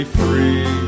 free